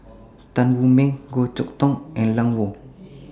Tan Wu Meng Goh Chok Tong and Lan Woo